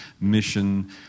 mission